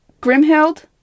Grimhild